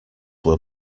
were